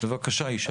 בבקשה ישי.